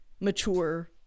mature